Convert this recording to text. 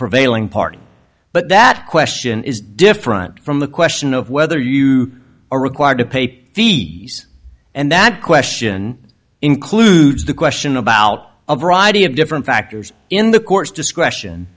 prevailing party but that question is different from the question of whether you are required to pay the fees and that question includes the question about a variety of different factors in the course discretion